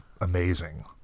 amazing